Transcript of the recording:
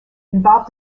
involved